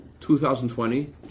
2020